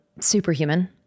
Superhuman